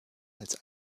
als